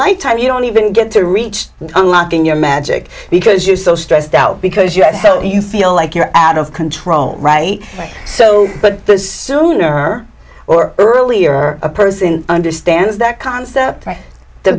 lifetime you don't even get to reach unlocking your magic because you're so stressed out because you have so you feel like you're out of control right so but those sooner or really are a person understands that concept the